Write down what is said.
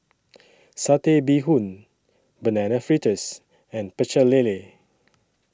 Satay Bee Hoon Banana Fritters and Pecel Lele